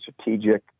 strategic